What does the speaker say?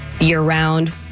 year-round